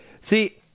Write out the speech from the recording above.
See